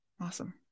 Awesome